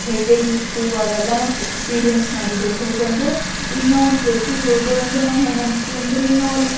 ಹೇಗೇಗಿತ್ತು ಅವೆಲ್ಲವು ಎಕ್ಸ್ಪೀರಿಯೆನ್ಸ್ ಮಾಡಿದೆವು ಹೇಗೆಂದರೆ ಈಗ ನಾವೊಂದು ಪ್ಲೇಸಿಗೆ ಹೋದೆವಂದ್ರೆ ನಮಗೆ ಹೆಂಗನ್ನಿಸ್ತದೆಂದ್ರೆ ಈಗ ನಾವಲ್ಲಿ